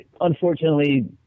unfortunately